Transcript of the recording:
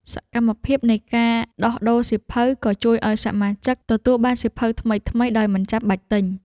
សកម្មភាពនៃការដោះដូរសៀវភៅ ក៏ជួយឱ្យសមាជិកទទួលបានសៀវភៅថ្មីៗដោយមិនចាំបាច់ទិញ។